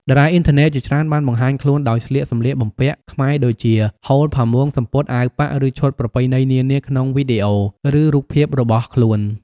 តារាអុីនធឺណិតជាច្រើនបានបង្ហាញខ្លួនដោយស្លៀកសំលៀកបំពាក់ខ្មែរដូចជា ហូល ផាមួង សំពត់ អាវប៉ាក់ ឬឈុតប្រពៃណីនានាក្នុងវីដេអូ ឬរូបភាពរបស់ខ្លួន។